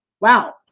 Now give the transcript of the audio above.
Wow